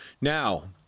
Now